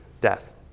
death